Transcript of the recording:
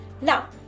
Now